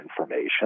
information